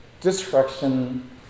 distraction